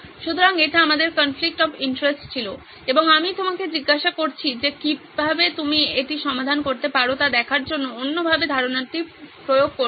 সুতরাং এটি আমাদের কনফ্লিক্ট অফ ইন্টারেস্ট ছিল এবং আমি আপনাকে জিজ্ঞাসা করছি যে আপনি কীভাবে এটি সমাধান করতে পারেন তা দেখার জন্য অন্যভাবে ধারণাটি প্রয়োগ করতে